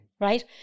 right